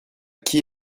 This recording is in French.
qui